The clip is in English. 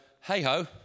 hey-ho